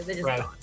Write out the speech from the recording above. Right